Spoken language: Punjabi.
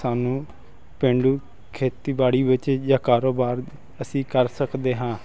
ਸਾਨੂੰ ਪੇਂਡੂ ਖੇਤੀਬਾੜੀ ਵਿੱਚ ਜਾਂ ਕਾਰੋਬਾਰ ਅਸੀਂ ਕਰ ਸਕਦੇ ਹਾਂ